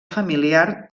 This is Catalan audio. familiar